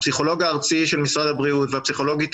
הפסיכולוג הארצי של משרד הבריאות והפסיכולוגית